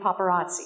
paparazzi